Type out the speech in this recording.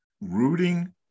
rooting